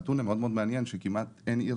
הנתון המאוד מעניין הוא שכמעט אין עיר